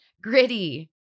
gritty